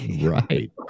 Right